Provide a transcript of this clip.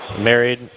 married